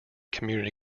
community